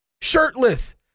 shirtless